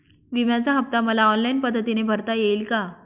विम्याचा हफ्ता मला ऑनलाईन पद्धतीने भरता येईल का?